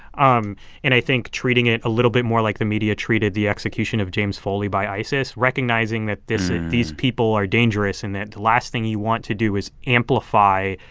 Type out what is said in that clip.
um and i think treating it a little bit more like the media treated the execution of james foley by isis, recognizing that this these people are dangerous and that the last thing you want to do is amplify,